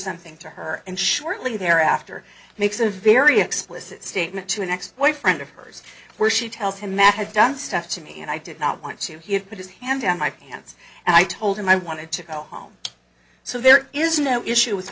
something to her and shortly thereafter makes a very explicit statement to an ex boyfriend of hers where she tells him matt has done stuff to me and i did not want to he had put his hand down my pants and i told him i wanted to go home so there is no issue with